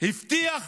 הבטיח